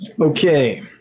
Okay